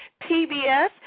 PBS